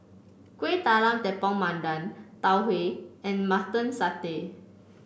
Kueh Talam Tepong Pandan Tau Huay and Mutton Satay